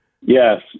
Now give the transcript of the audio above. Yes